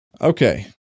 Okay